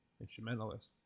instrumentalist